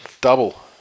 double